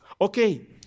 okay